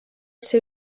seu